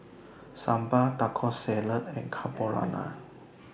Sambar Taco Salad and Carbonara